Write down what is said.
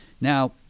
Now